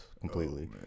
completely